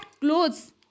clothes